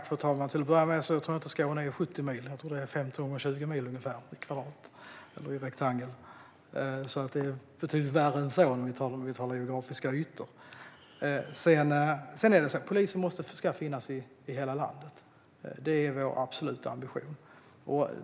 Fru talman! Till att börja med tror jag inte att Skåne är 70 mil, utan jag tror att det är ungefär 50 × 20 mil i kvadrat - eller rektangel. Det är alltså betydligt värre än så när det gäller geografiska ytor. Polisen ska finnas i hela landet. Det är vår absoluta ambition.